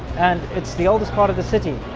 and it's the oldest part of the city.